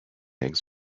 eggs